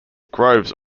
groves